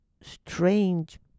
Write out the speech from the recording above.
strange